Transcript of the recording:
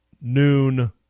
noon